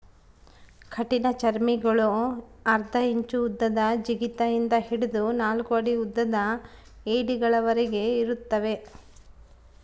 ಕಠಿಣಚರ್ಮಿಗುಳು ಅರ್ಧ ಇಂಚು ಉದ್ದದ ಜಿಗಿತ ಇಂದ ಹಿಡಿದು ನಾಲ್ಕು ಅಡಿ ಉದ್ದದ ಏಡಿಗಳವರೆಗೆ ಇರುತ್ತವೆ